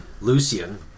Lucian